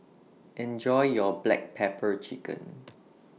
Enjoy your Black Pepper Chicken